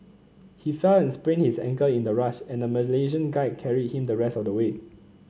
he fell and sprained his ankle in the rush and a Malaysian guide carried him the rest of the way